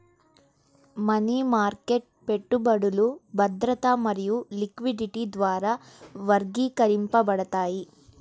money market పెట్టుబడులు భద్రత మరియు లిక్విడిటీ ద్వారా వర్గీకరించబడతాయి